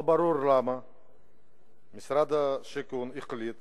לא ברור למה משרד השיכון החליט